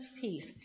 peace